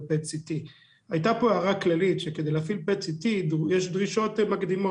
PET CT. הייתה פה הערה כללית שכדי להפעיל PET CT יש דרישות מקדימות,